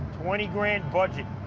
twenty grand budget.